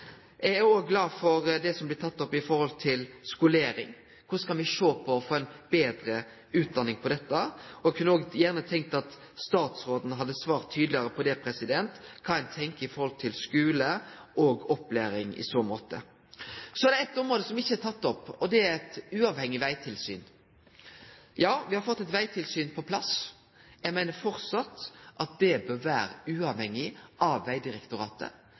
Eg er òg glad for det som blir teke opp om skolering og korleis me skal få ei betre utdanning. Eg kunne gjerne tenkt meg at statsråden hadde svart tydelegare på kva ein tenkjer i forhold til skular og opplæring. Så er det eitt område som ikkje er teke opp, og det er spørsmålet om eit uavhengig vegtilsyn. Ja, me har fått eit vegtilsyn på plass. Eg meiner framleis at det bør vere uavhengig av Vegdirektoratet.